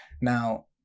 Now